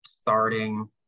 starting